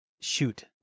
Shoot